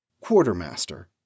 Quartermaster